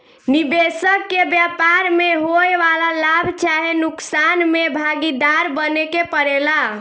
निबेसक के व्यापार में होए वाला लाभ चाहे नुकसान में भागीदार बने के परेला